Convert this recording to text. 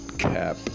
Cap